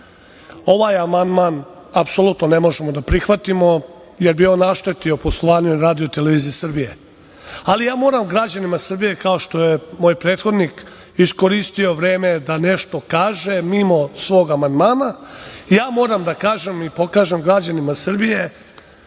ovaj amandman apsolutno ne možemo da prihvatimo, jer bi on naštetio poslovanju RTS-a. Ali ja moram građanima Srbije, kao što je moj prethodnik iskoristio vreme da nešto kaže mimo svog amandmana, moram da kažem i pokažem građanima Srbije